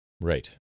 Right